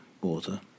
Water